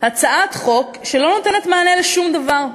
הצעת חוק שלא נותנת מענה לשום דבר.